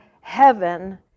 heaven